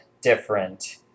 different